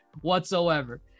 whatsoever